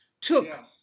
took